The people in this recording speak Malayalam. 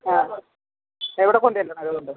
ആ എവിടെ കൊണ്ടുവരണം അതുകൊണ്ട്